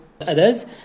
others